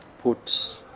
Put